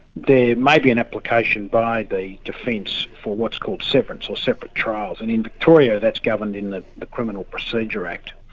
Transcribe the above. may be an application by the defence for what is called severance or separate trials. and in victoria that's governed in the criminal procedure act.